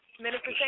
Minister